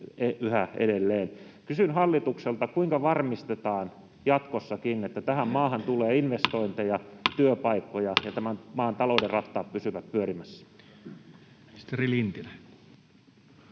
yhä edelleen. Kysyn hallitukselta: kuinka varmistetaan jatkossakin, että tähän maahan tulee investointeja, työpaikkoja ja tämän maan talouden rattaat pysyvät pyörimässä? Ministeri Lintilä.